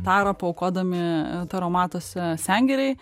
tarą paaukodami taromatuose sengirei